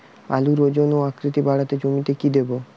আলুর ওজন ও আকৃতি বাড়াতে জমিতে কি দেবো?